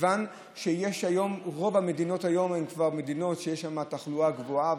מכיוון שרוב המדינות היום הן כבר מדינות שיש בהן תחלואה גבוהה,